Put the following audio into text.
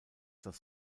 das